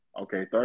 Okay